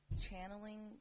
channeling